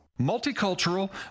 Multicultural